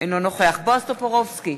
אינו נוכח בועז טופורובסקי,